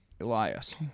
Elias